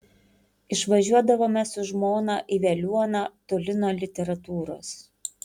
išvažiuodavome su žmona į veliuoną toli nuo literatūros